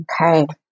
Okay